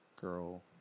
girl